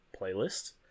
playlist